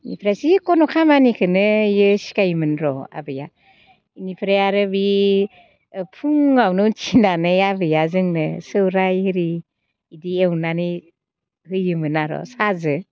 बेनिफ्राय जिखुनु खामानिखौनो बियो सिखायोमोन र' आबैया बेनिफ्राय आरो बे फुङावनो उन्थिनानै आबैया जोंनो सौराइ आरि बिदि एवनानै होयोमोन आरो साहाजों